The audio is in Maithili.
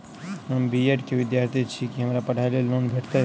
हम बी ऐड केँ विद्यार्थी छी, की हमरा पढ़ाई लेल लोन भेटतय?